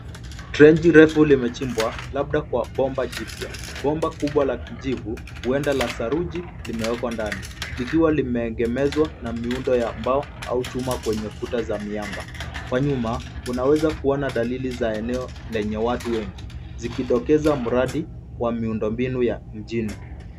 Trenji refu limechimbwa labda kwa bomba jipya. Bomba kubwa la kijivu huenda la saruji limewekwa ndani likiwa limeegemezwa na miundo ya mbao au chuma kwenye kuta za miamba. Kwa nyuma, unaweza kuona dalili za eneo lenye watu wengi zikidokeza mradi wa miundombinu ya mjini.